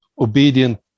obedient